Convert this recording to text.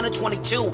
22